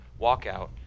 walkout